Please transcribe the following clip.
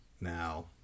Now